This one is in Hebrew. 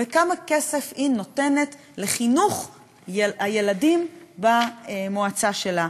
וכמה כסף היא נותנת לחינוך הילדים במועצה שלה.